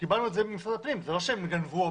זה לא שהם גנבו.